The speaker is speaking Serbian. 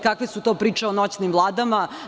Kakve su to priče o noćnim vladama?